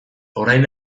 orain